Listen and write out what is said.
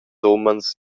umens